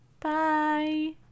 bye